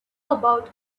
about